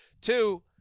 Two